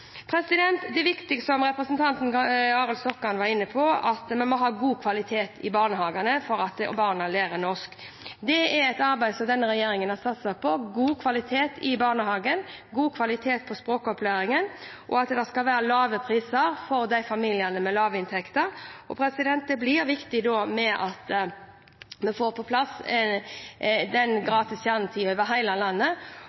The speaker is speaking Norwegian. Det er viktig, som representanten Arild Grande var inne på, at vi må ha god kvalitet i barnehagene for at barna skal lære norsk. Dette er et arbeid som denne regjeringen har satset på – god kvalitet i barnehagen, god kvalitet på språkopplæringen og lave priser for familiene med lave inntekter. Da blir det viktig at vi får på plass gratis kjernetid over hele landet.